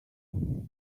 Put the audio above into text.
together